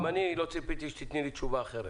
גם אני לא ציפיתי שתיתני לי תשובה אחרת.